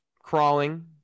crawling